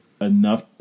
enough